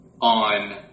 on